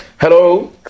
hello